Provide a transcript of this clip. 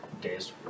days